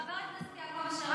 חבר הכנסת יעקב אשר,